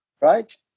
right